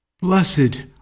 Blessed